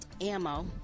ammo